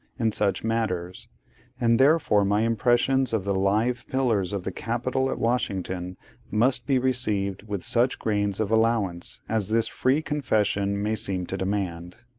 in such matters and therefore my impressions of the live pillars of the capitol at washington must be received with such grains of allowance as this free confession may seem to demand.